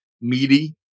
meaty